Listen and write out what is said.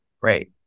Great